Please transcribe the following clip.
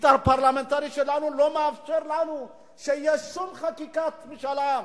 המשטר הפרלמנטרי שלנו לא מאפשר לנו שתהיה שום חקיקת משאל עם.